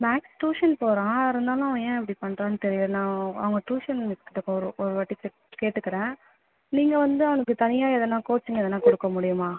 maths tuition போகிறான் இருந்தாலும் அவன் ஏன் இப்படி பண்ணுறானு தெரியலை நான் அவங்க ட்யூஷன் மிஸ் கிட்ட ஒரு ஒரு வாட்டி செக் கேட்டுக்கிறேன் நீங்கள் வந்து அவனுக்கு தனியாக எதனா கோச்சிங் எதனா கொடுக்க முடியுமா